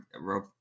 Rob